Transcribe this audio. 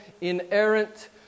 inerrant